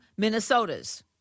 Minnesotas